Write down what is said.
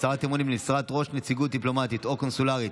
(הצהרת אמונים למשרת ראש נציגות דיפלומטית או קונסולרית),